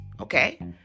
okay